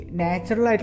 natural